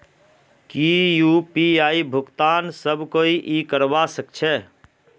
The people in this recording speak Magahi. की यु.पी.आई भुगतान सब कोई ई करवा सकछै?